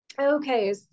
okay